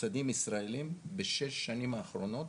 מוסדיים ישראליים בשש השנים האחרונות,